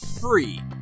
free